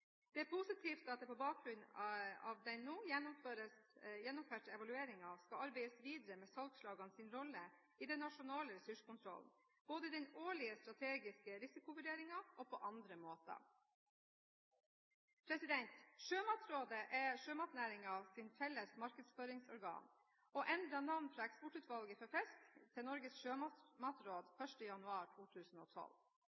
Det er positivt at det på bakgrunn av den nå gjennomførte evalueringen skal arbeides videre med salgslagenes rolle i den nasjonale ressurskontrollen, både i den årlige strategiske risikovurderingen og på andre måter. Sjømatrådet er sjømatnæringens felles markedsføringsorgan og endret navn fra Eksportutvalget for fisk til Norges